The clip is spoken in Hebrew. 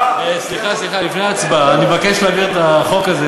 סליחה, לפני ההצבעה, אני מבקש להעביר את החוק הזה